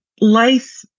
Life